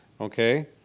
okay